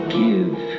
give